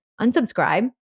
unsubscribe